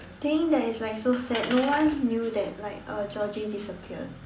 thing that is like so sad no one knew that like uh Georgie disappeared